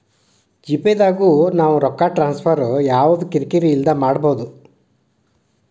GPay ದಾಗು ನಾವ್ ರೊಕ್ಕ ಟ್ರಾನ್ಸ್ಫರ್ ಯವ್ದ ಕಿರಿ ಕಿರಿ ಇಲ್ದೆ ಮಾಡ್ಬೊದು